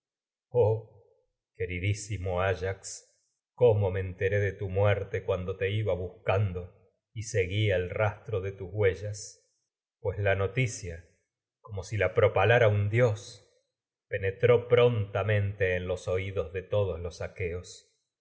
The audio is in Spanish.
queridísimo ayax iba cómo me y enteré de el rastro muerte tus cuando te buscando como seguía de huellas pues la noticia si la pro palara un dios penetró prontamente en los oídos de todos los aqueos